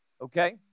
Okay